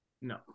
No